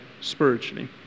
spiritually